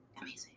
amazing